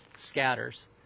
scatters